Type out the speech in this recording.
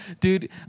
Dude